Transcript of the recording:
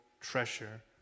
treasure